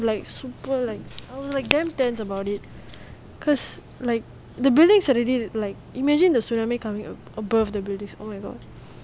like super like damn tense about it because like the buildings are already like imagine the tsunami coming above the buildings oh my god